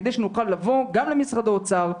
כדי שנוכל לבוא גם למשרד האוצר,